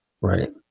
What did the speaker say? Right